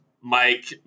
Mike